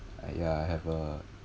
ya I have a